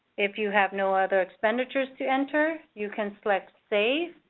if you have no other expenditures to enter, you can select save,